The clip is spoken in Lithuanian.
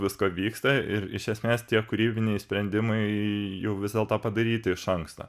visko vyksta ir iš esmės tie kūrybiniai sprendimai jau vis dėlto padaryti iš anksto